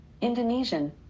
Indonesian